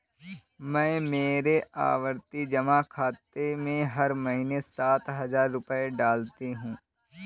मैं मेरे आवर्ती जमा खाते में हर महीने सात हजार रुपए डालती हूँ